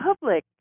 public